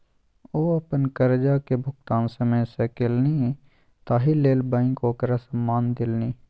ओ अपन करजाक भुगतान समय सँ केलनि ताहि लेल बैंक ओकरा सम्मान देलनि